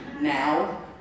now